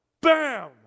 bam